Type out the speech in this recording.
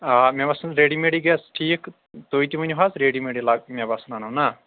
آ مےٚ باسان ریڈی میڈٕے گژھ ٹھیٖک تُہۍ تہِ ؤنِو حظ ریڈی میڈٕے لاگ مےٚ باسان نہ